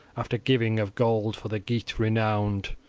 after giving of gold, for the geat renowned.